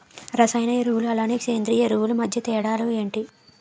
రసాయన ఎరువులు అలానే సేంద్రీయ ఎరువులు మధ్య తేడాలు ఏంటి?